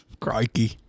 Crikey